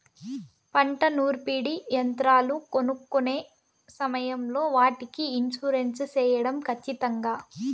పంట నూర్పిడి యంత్రాలు కొనుక్కొనే సమయం లో వాటికి ఇన్సూరెన్సు సేయడం ఖచ్చితంగా?